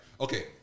Okay